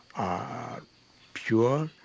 are pure,